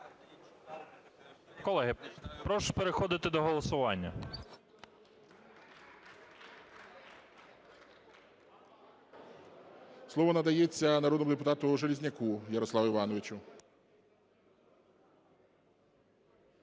Колеги, прошу переходити до голосування. ГОЛОВУЮЧИЙ. Слово надається народному депутату Железняку Ярославу Івановичу.